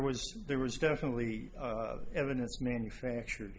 was there was definitely evidence manufactured